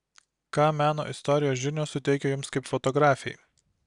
ką meno istorijos žinios suteikia jums kaip fotografei